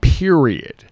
Period